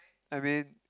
I mean